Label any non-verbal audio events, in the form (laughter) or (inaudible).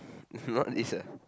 (laughs) not this ah